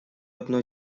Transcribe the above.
одно